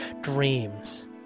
dreams